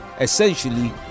essentially